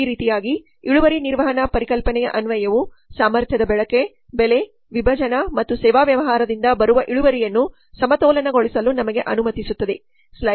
ಈ ರೀತಿಯಾಗಿ ಇಳುವರಿ ನಿರ್ವಹಣಾ ಪರಿಕಲ್ಪನೆಯ ಅನ್ವಯವು ಸಾಮರ್ಥ್ಯದ ಬಳಕೆ ಬೆಲೆ ವಿಭಜನೆ ಮತ್ತು ಸೇವಾ ವ್ಯವಹಾರದಿಂದ ಬರುವ ಇಳುವರಿಯನ್ನು ಸಮತೋಲನಗೊಳಿಸಲು ನಮಗೆ ಅನುಮತಿಸುತ್ತದೆ